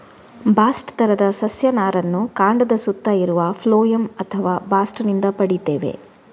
bast ತರದ ಸಸ್ಯ ನಾರನ್ನ ಕಾಂಡದ ಸುತ್ತ ಇರುವ ಫ್ಲೋಯಂ ಅಥವಾ ಬಾಸ್ಟ್ ನಿಂದ ಪಡೀತೇವೆ